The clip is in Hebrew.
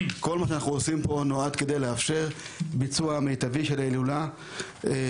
אבל כל מה שאנחנו עושים פה נועד כדי לאפשר ביצוע מיטבי של ההילולה ושכמה